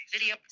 Video